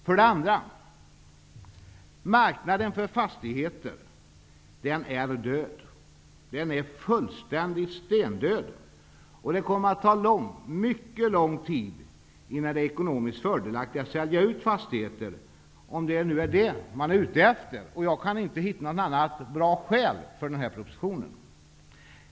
För det andra är marknaden för fastigheter ''död'' -- fullkomligt ''stendöd''. Det kommer att ta mycket lång tid innan det blir ekonomiskt fördelaktigt att sälja ut fastigheter -- om det nu är det man är ute efter. Jag kan inte se något annat bra skäl för denna proposition.